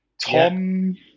Tom